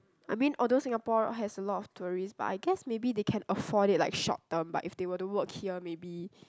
I mean although Singapore has a lot of tourists but I guess maybe they can afford it like short term but if they were to work here maybe